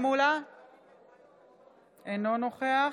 תשובה עניינית להצעה עניינית.